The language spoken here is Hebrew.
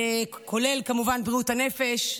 כמובן כולל בריאות הנפש.